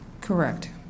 Correct